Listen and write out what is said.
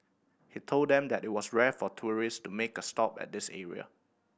he told them that it was rare for tourist to make a stop at this area